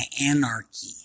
anarchy